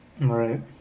Right